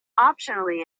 optionally